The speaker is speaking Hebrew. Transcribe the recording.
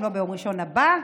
אם לא ביום ראשון הבא,